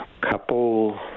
couple